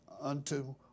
unto